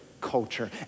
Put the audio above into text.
culture